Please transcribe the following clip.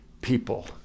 people